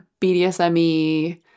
BDSME